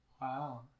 Wow